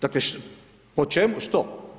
Dakle, po čemu, što?